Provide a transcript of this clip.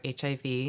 HIV